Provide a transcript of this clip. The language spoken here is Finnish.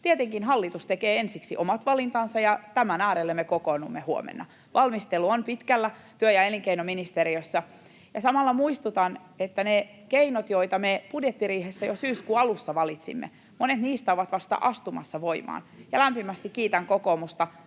Tietenkin hallitus tekee ensiksi omat valintansa, ja tämän äärelle me kokoonnumme huomenna. Valmistelu on pitkällä työ- ja elinkeinoministeriössä. Samalla muistutan, että niistä keinoista, joita me budjettiriihessä jo syyskuun alussa valitsimme, monet ovat vasta astumassa voimaan. Ja lämpimästi kiitän kokoomusta siitä,